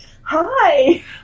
Hi